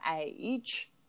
age